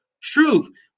truth